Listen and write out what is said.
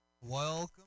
Welcome